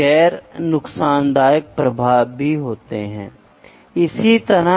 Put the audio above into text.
मैंने आपको विभिन्न प्रकार के माप बताए हैं कि वे क्या हैं